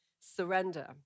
Surrender